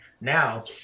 now